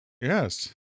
Yes